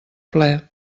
ple